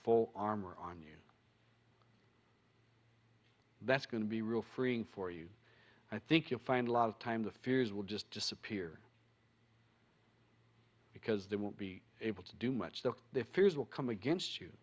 full armor on you that's going to be real freeing for you i think you'll find a lot of time the fears will just disappear because they won't be able to do much the their fears will come against you